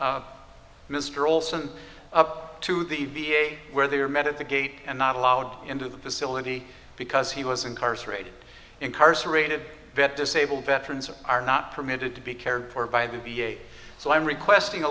mr olson up to the v a where they were met at the gate and not allowed into the facility because he was incarcerated incarcerated vet disabled veterans who are not permitted to be cared for by the v a so i'm requesting a